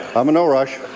i'm in no rush.